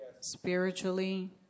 spiritually